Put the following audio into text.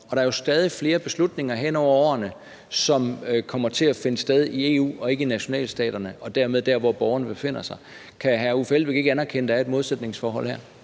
er der jo stadig flere beslutninger, som kommer til at blive truffet i EU og ikke i nationalstaterne og dermed ikke dér, hvor borgerne befinder sig. Kan hr. Uffe Elbæk ikke anerkende, at der er et modsætningsforhold her?